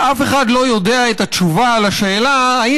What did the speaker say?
שאף אחד לא יודע את התשובה על השאלה אם